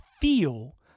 feel